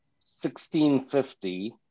1650